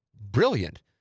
brilliant